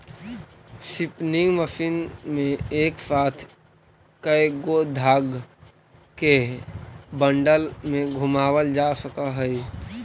spinning machine में एक साथ कएगो धाग के बंडल के घुमावाल जा सकऽ हई